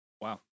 Wow